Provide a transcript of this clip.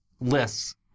lists